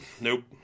nope